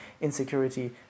insecurity